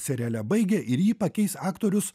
seriale baigia ir jį pakeis aktorius